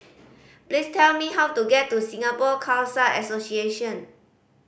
please tell me how to get to Singapore Khalsa Association